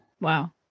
Wow